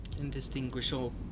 indistinguishable